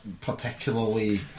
particularly